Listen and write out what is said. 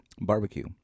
Barbecue